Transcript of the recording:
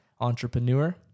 entrepreneur